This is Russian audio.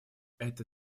это